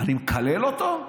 אני מקלל אותו?